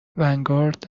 ونگارد